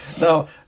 now